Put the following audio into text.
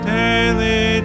daily